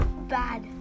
bad